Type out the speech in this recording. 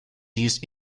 used